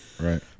Right